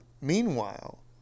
Meanwhile